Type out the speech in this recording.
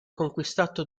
conquistato